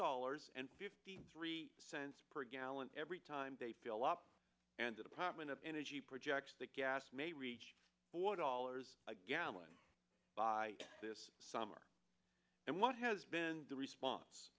dollars and fifty three cents per gallon every time they fill up and apartment of energy projects that gas may reach or dollars a gallon by this summer and what has been the response